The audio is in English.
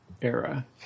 era